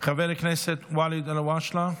חבר הכנסת ואליד אלהואשלה,